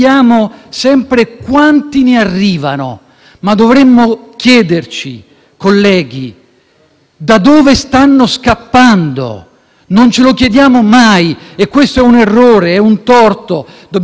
da dove stanno scappando. Non ce lo chiediamo mai e questo è un errore, un torto. Dobbiamo dire a voce alta, per onestà intellettuale e politica, che scappano da guerre e persecuzioni,